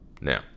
Now